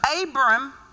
Abram